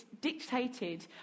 dictated